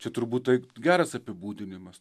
čia turbūt tai geras apibūdinimas